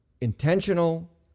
intentional